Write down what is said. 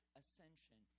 ascension